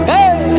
Hey